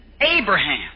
Abraham